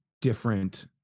different